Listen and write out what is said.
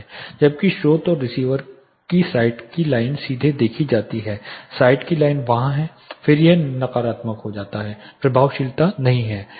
जबकि स्रोत और रिसीवर की साइट की लाइन सीधे देखी जाती है साइट की लाइन वहां है फिर यह नकारात्मक हो जाता है प्रभावशीलता नहीं होती है